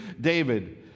David